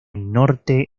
norte